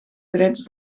drets